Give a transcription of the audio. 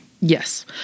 Yes